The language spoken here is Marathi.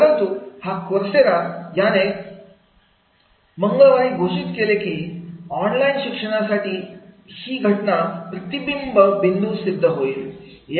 आहे परंतु हा कोर्सेरा याने मंगळवारी घोषित केले की ऑनलाईन शिक्षणासाठी ही घटना प्रतिबिंब बिंदू सिद्ध होईल